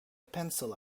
pencil